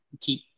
keep